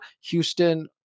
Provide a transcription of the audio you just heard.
Houston